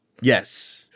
Yes